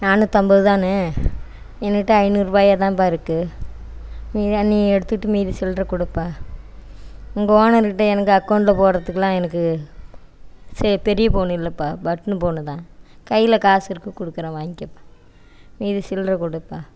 நானுத்தம்பதுதானே என்னுட்ட ஐந்நூறுபாயாதான்ப்பா இருக்குது இதை நீ எடுத்துட்டு மீதி சில்லற கொடுப்பா உங்கள் ஓனர்கிட்ட எங்கள் அக்கௌண்ட்ல போடுறதுக்குலாம் எனக்கு சே பெரிய ஃபோன் இல்லைப்பா பட்டனு ஃபோனு தான் கையில காசு இருக்குது கொடுக்குறேன் வாங்க்கப் மீதி சில்லற கொடுப்பா